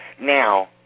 Now